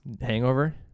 Hangover